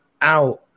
out